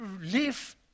live